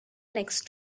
next